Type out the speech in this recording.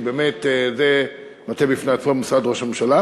כי זה מטה בפני עצמו במשרד ראש הממשלה.